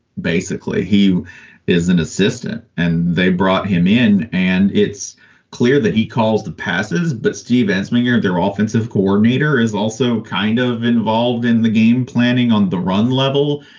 basically, he is an assistant and they brought him in. and it's clear that he calls the passes. but steve ensminger, their ah offensive coordinator, is also kind of involved in the game planning on the run level.